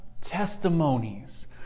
testimonies